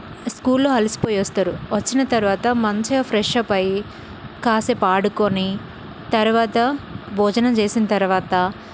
స్కూల్లో అలిసిపోయి వస్తారు వచ్చిన తరువాత మంచిగా ఫ్రెష్ అప్ అయ్యి కాసేపు ఆడుకుని తర్వాత భోజనం చేసిన తర్వాత